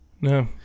No